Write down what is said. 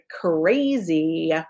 crazy